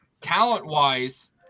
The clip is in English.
talent-wise